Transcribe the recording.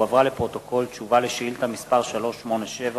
הועברה לפרוטוקול תשובה על שאילתא מס' 387,